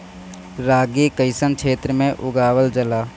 रागी कइसन क्षेत्र में उगावल जला?